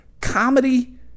Comedy